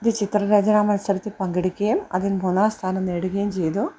ഒരു ചിത്രരചന മത്സരത്തിൽ പങ്കെടുക്കുകയും അതിൽ മൂന്നാം സ്ഥാനം നേടുകയും ചെയ്തു